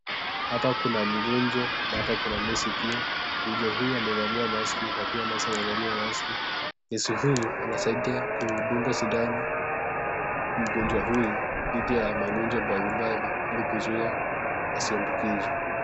Hapa kuna mgonjwa na hapa kuna nesi pia, mgonjwa huyu amevalia maski na pia nesi amevalia maski, nesi huyu anasaidia kudunga sindano mgonjwa huyu dhidi ya magonjwa mbalimbali ili kuzuia asiambukizwe.